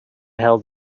held